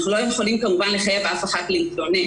אנחנו לא יכולים, כמובן, לחייב אף אחת להתלונן.